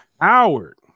Howard